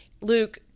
Luke